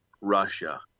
Russia